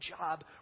job